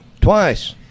twice